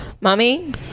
mommy